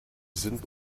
sind